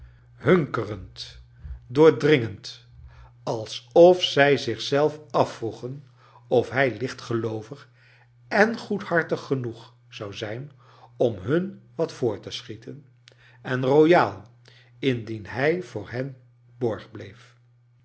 hunkerend doordringend alsof zij zich zelf afvroegen of hij lichtgeloovig en goedhartig genoeg zou zijn om hun wat voor te schieten en royaal indien hij voor hen borg bleef